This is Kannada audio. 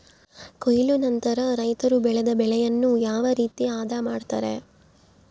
ಕೊಯ್ಲು ನಂತರ ರೈತರು ಬೆಳೆದ ಬೆಳೆಯನ್ನು ಯಾವ ರೇತಿ ಆದ ಮಾಡ್ತಾರೆ?